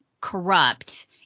corrupt